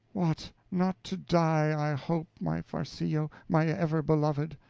what, not to die i hope, my farcillo, my ever beloved.